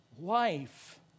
life